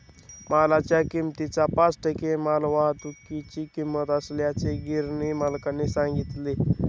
मालाच्या किमतीच्या पाच टक्के मालवाहतुकीची किंमत असल्याचे गिरणी मालकाने सांगितले